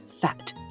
fat